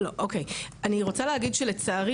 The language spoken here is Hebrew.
אני רוצה להגיד שלצערי,